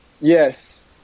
Yes